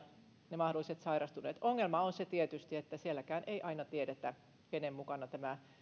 ne mahdolliset sairastuneet ongelma on se tietysti että sielläkään ei aina tiedetä kenen mukana tämä